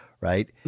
right